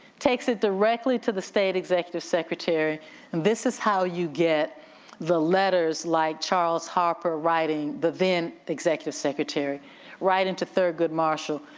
takes it directly to the state executive secretary and this is how you get the letters like charles harper writing, the then executive secretary writing to thurgood marshall,